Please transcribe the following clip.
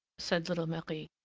said little marie.